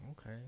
Okay